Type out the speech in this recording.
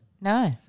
No